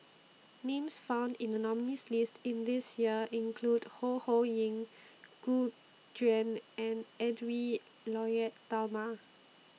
Names found in The nominees' list This Year include Ho Ho Ying Gu Juan and Edwy Lyonet Talma